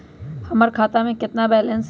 हमर खाता में केतना बैलेंस हई?